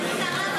אני מבקש לשבת.